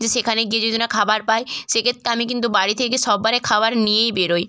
যে সেখানে গিয়ে যদি না খাবার পাই সেক্ষেত্রে আমি কিন্তু বাড়ি থেকে সব বার খাবার নিয়েই বেরোই